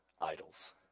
idols